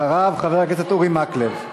אחריו, חבר הכנסת אורי מקלב.